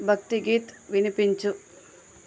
భక్తిగీత్ వినిపించు